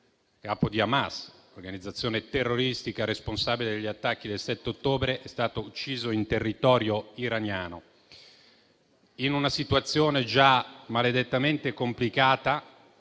capo di Hamas, organizzazione terroristica responsabile degli attacchi del 7 ottobre, è stato ucciso in territorio iraniano, in una situazione già maledettamente complicata